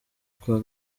kwa